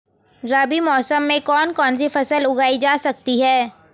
रबी मौसम में कौन कौनसी फसल उगाई जा सकती है?